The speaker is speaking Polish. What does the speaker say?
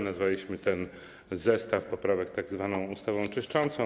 Nazwaliśmy ten zestaw poprawek tzw. ustawą czyszczącą.